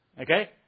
Okay